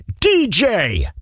DJ